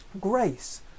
Grace